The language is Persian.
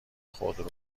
خودرو